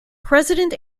president